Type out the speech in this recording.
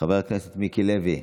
חבר הכנסת אבי מעוז,